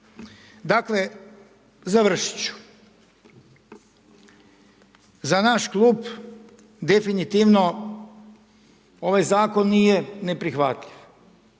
Dakle, završiti ću, za naš klub definitivno ovaj zakon nije neprihvatljiv.